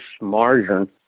margin